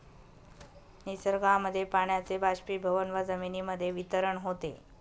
निसर्गामध्ये पाण्याचे बाष्पीभवन व जमिनीमध्ये वितरण होते